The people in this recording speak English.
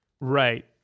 Right